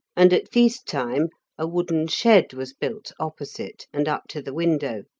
and at feast-time a wooden shed was built opposite, and up to the window,